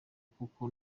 kuko